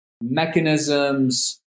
mechanisms